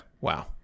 wow